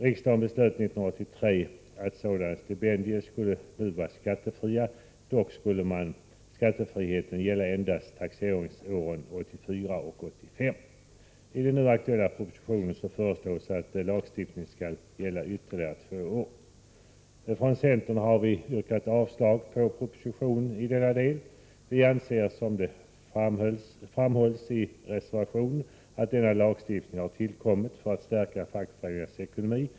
Riksdagen beslöt år 1983 att sådana stipendier skulle vara skattefria, dock att skattefriheten skulle gälla endast taxeringsåren 1984 och 1985. I den nu aktuella propositionen föreslås att lagstiftningen skall gälla ytterligare två år. Från centerns sida har vi yrkat avslag på propositionen i denna del. Vi anser, som det framhålls i reservationen, att denna lagstiftning har tillkommit för att stärka fackföreningarnas ekonomi.